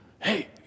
Hey